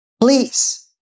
Please